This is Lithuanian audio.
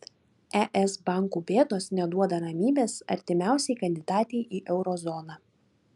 es bankų bėdos neduoda ramybės artimiausiai kandidatei į euro zoną